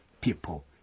people